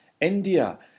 India